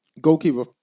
Goalkeeper